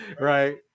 right